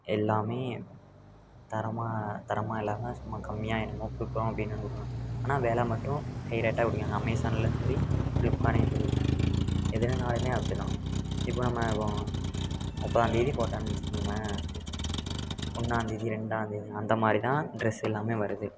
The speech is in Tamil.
எல்லாமே தரமாக தரமாக இல்லாமல் சும்மா கம்மியாக எல்லாம் கொடுக்கணும் அப்படினு கொடுக்குறாங்க ஆனால் வெலை மட்டும் ஹைரேட்டாக கொடுக்குறாங்க அமேஸானில் சரி ஃப்ளிப்கார்ட்லேயும் சரி எதுலன்னாலுமே அப்படிதான் இப்போ நம்ம முப்பதாந்தேதி போட்டேன்னு வைச்சிக்கோங்களேன் ஒன்றாந்தேதி ரெண்டாந்தேதி அந்த மாதிரி தான் ட்ரெஸ் எல்லாமே வருது